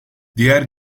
diğer